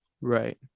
Right